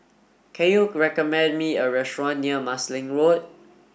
can you recommend me a restaurant near Marsiling Road